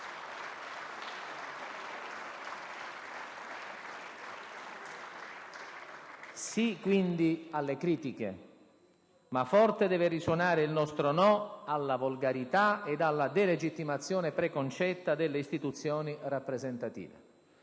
Sì, quindi, alle critiche, ma forte deve risuonare il nostro no alla volgarità ed alla delegittimazione preconcetta delle istituzioni rappresentative.